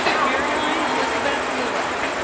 caroline elizabeth lewis